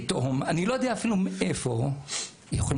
פתאום אני לא יודע מאיפה הילדים שלי יכולים